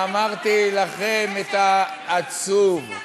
אמרתי לכם את, העצוב.